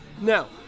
Now